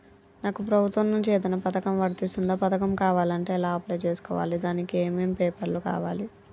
నాకు ప్రభుత్వం నుంచి ఏదైనా పథకం వర్తిస్తుందా? పథకం కావాలంటే ఎలా అప్లై చేసుకోవాలి? దానికి ఏమేం పేపర్లు కావాలి?